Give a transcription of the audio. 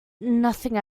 nothing